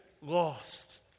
lost